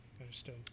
Understood